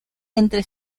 entre